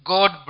God